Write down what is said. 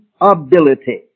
ability